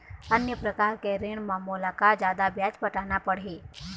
अन्य प्रकार के ऋण म मोला का जादा ब्याज पटाना पड़ही?